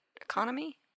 Economy